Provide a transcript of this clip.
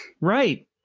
Right